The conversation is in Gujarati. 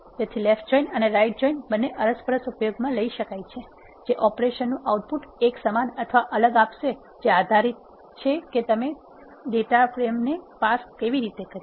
તેથી લેફ્ટ જોઇન અને રાઇટ જોઇન બન્ને અરસ પરસ ઉપયોગ મા લઇ શકાય છે જે ઓપરેશન નુ આઉટપુટ એક સમાન અથવા અલગ આપશે જે આધારીત છે કે તમે કઇ રીતે ડેટા ફ્રેમ ને પાસ કરી છે